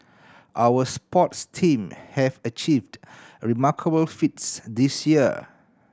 our sports team have achieved remarkable feats this year